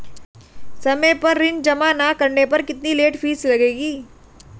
समय पर ऋण जमा न करने पर कितनी लेट फीस लगेगी?